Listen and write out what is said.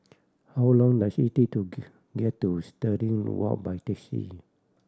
how long does it take to get to Stirling Walk by taxi